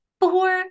four